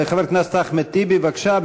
חבר הכנסת אחמד טיבי, בבקשה.